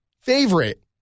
favorite